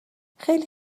خیلی